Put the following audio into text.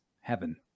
heaven